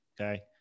Okay